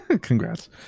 congrats